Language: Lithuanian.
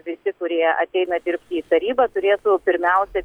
visi kurie ateina dirbti į tarybą turėtų pirmiausia